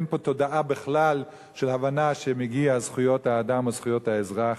אין פה תודעה בכלל של הבנה שמגיעות זכויות האדם או זכויות האזרח,